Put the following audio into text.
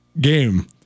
game